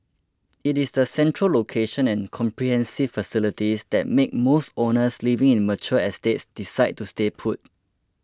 it is the central location and comprehensive facilities that make most owners living in mature estates decide to stay put